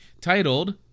titled